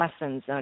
lessons